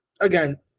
again